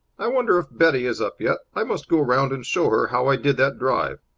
i wonder if betty is up yet. i must go round and show her how i did that drive.